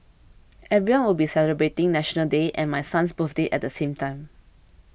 everyone will be celebrating National Day and my son's birthday at the same time